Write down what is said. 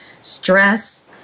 stress